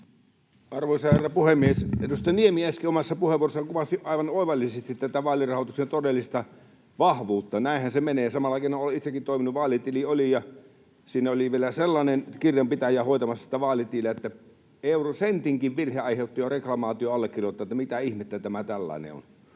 Arvoisa herra puhemies! Edustaja Niemi äsken omassa puheenvuorossaan kuvasi aivan oivallisesti tätä vaalirahoituksen todellista vahvuutta. Näinhän se menee. Samalla keinoin olen itsekin toiminut. Vaalitili oli, ja siinä oli vielä sellainen kirjanpitäjä hoitamassa sitä vaalitiliä, että sentinkin virhe aiheutti jo reklamaation allekirjoittaneelle, että mitä ihmettä tämä tällainen on.